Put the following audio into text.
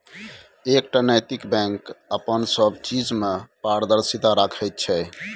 एकटा नैतिक बैंक अपन सब चीज मे पारदर्शिता राखैत छै